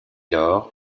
lors